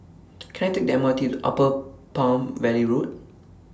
Can I Take The M R T to Upper Palm Valley Road